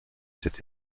cet